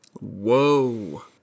Whoa